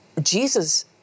Jesus